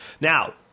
Now